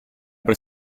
per